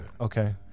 okay